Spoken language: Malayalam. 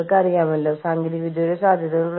നിങ്ങൾക്ക് വർക്ക് കൌൺസിലുകൾ ഉണ്ടായിരിക്കും